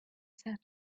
said